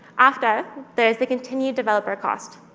after, there's the continued-developer cost.